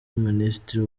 minisitiri